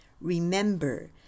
Remember